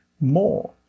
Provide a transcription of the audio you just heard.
more